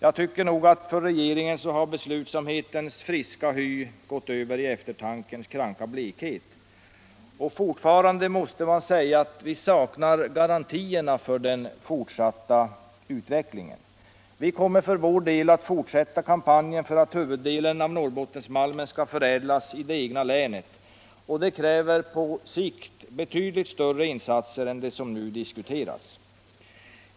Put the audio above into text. Jag tycker att för regeringens del har beslutsamhetens friska hy gått över i eftertankens kranka blekhet. Fortfarande saknar vi garantier för den fortsatta utvecklingen. Vi kommer för vår del att fortsätta kampen för att huvuddelen av Norrbottensmalmen skall förädlas i det egna länet, och det kräver på sikt betydligt större insatser än de som nu diskuteras.